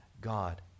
God